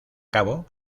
cabo